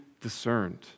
discerned